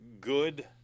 good